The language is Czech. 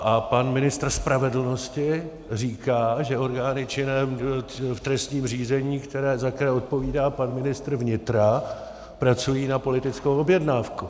A pan ministr spravedlnosti říká, že orgány činné v trestním řízení, za které odpovídá pan ministr vnitra, pracují na politickou objednávku.